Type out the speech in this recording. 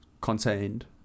contained